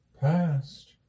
past